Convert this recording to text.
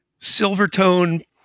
Silvertone